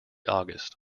august